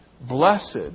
Blessed